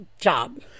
job